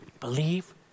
Believe